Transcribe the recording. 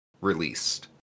Released